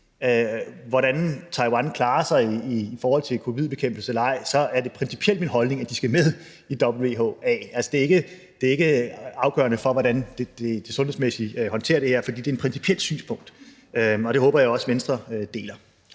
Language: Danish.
hvordan Taiwan klarer sig i forhold til covidbekæmpelse, så er det principielt min holdning, at de skal med i WHA. Altså, det er ikke afgørende for, hvordan Taiwan sundhedsmæssigt håndterer det her, for det er et principielt synspunkt. Og det håber jeg også at Venstre deler.